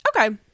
Okay